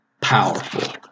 Powerful